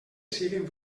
siguen